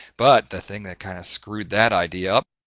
but the thing that kind of screwed that idea up,